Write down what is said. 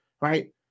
Right